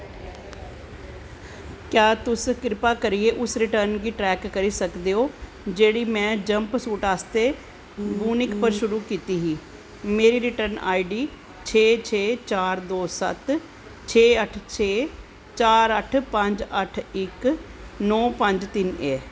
क्या तुस कृपा करियै उस रिटर्न गी ट्रैक करी सकदे ओ जेह्ड़ी में जंपसूट आस्तै वूनिक पर शुरू कीती ही मेरी रिटर्न आई डी छे छे चार दो सत्त छे अट्ठ छे चार अट्ठ पंज अट्ठ इक नौ पंज तिन्न ऐ